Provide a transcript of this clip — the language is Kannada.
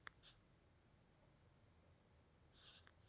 ಲಿವ್ರೆಜ್ ನ್ಯಾಗಿರೊ ಎರಡ್ ನಮನಿ ಯಾವ್ಯಾವ್ದ್?